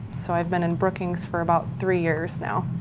so i've been in brookings for about three years now.